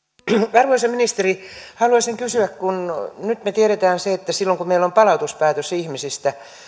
arvoisa ministeri haluaisin kysyä kun nyt me tiedämme sen että silloin kun meillä on palautuspäätös ihmisistä